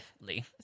Lee